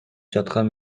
жаткан